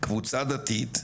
קבוצה דתית,